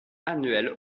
annuel